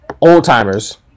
old-timers